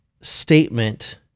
statement